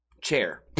chair